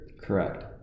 Correct